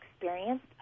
experienced